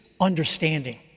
understanding